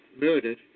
murdered